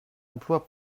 emplois